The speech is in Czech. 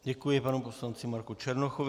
Děkuji panu poslanci Marku Černochovi.